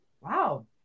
wow